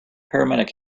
paramedic